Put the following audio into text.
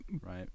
right